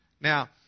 Now